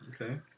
Okay